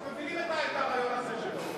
אנחנו מבינים את הרעיון הזה שלו.